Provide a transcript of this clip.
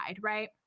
right